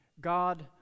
God